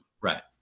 Right